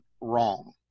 wrong